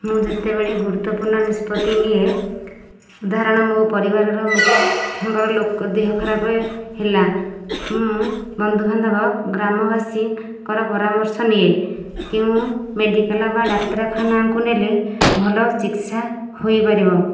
ମୁଁ ଯେତେବେଳେ ଗୁରୁତ୍ତ୍ଵପୂର୍ଣ୍ଣ ନିଷ୍ପତ୍ତି ନିଏ ଉଦାହରଣ ମୋ ପରିବାରର ମୁଖ୍ୟଙ୍କର ଲୋକ ଦେହ ଖରାପ ହେଲା ମୁଁ ବନ୍ଧୁବାନ୍ଧବ ଗ୍ରାମବାସୀଙ୍କର ପରାମର୍ଶ ନିଏ କେଉଁ ମେଡ଼ିକାଲ ବା ଡାକ୍ତରଖାନାକୁ ନେଲେ ଭଲ ଚିକିତ୍ସା ହୋଇପାରିବ